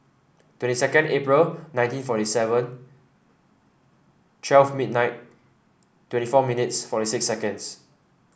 twenty second April nineteen forty seven twelve twenty four millions forty six seconds